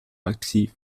aktiv